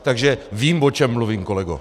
Takže vím, o čem mluvím, kolego.